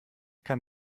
kann